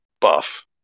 buff